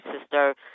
sister